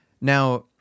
now